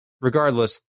regardless